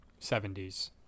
70s